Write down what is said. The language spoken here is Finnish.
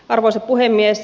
arvoisa puhemies